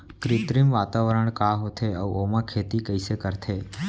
कृत्रिम वातावरण का होथे, अऊ ओमा खेती कइसे करथे?